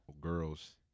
girls